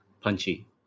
punchy